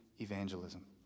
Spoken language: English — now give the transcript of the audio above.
evangelism